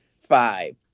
five